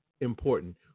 important